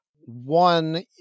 One